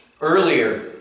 earlier